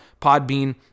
Podbean